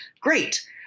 Great